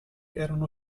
erano